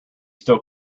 still